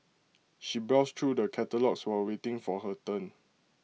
she browsed through the catalogues while waiting for her turn